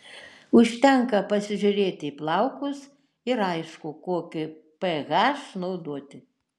užtenka pasižiūrėti į plaukus ir aišku kokį ph naudoti